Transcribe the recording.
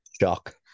Shock